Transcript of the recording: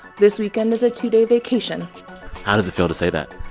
this weekend is a two-day vacation how does it feel to say that?